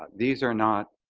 these are not